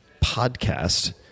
podcast